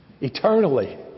eternally